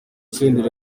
senderi